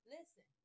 Listen